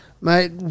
Mate